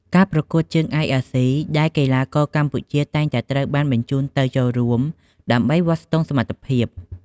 ការប្រកួតជើងឯកអាស៊ី ដែលកីឡាករកម្ពុជាតែងតែត្រូវបានបញ្ជូនទៅចូលរួមដើម្បីវាស់ស្ទង់សមត្ថភាព។